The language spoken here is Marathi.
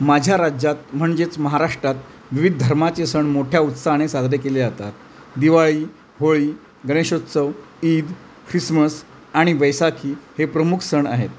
माझ्या राज्यात म्हणजेच महाराष्ट्रात विविध धर्माचे सण मोठ्या उत्साहाने साजरे केले जातात दिवाळी होळी गणेशोत्सव ईद ख्रिसमस आणि बैसाखी हे प्रमुख सण आहेत